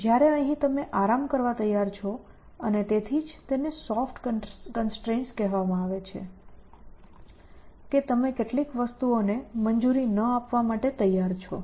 જ્યારે અહીં તમે આરામ કરવા તૈયાર છો અને તેથી જ તેને સોફ્ટ કન્સ્ટ્રેઇન્ટ્સ કહેવામાં આવે છે કે તમે કેટલીક વસ્તુઓને મંજૂરી ન આપવા માટે તૈયાર છો